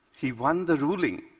he won the ruling,